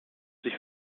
sich